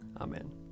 Amen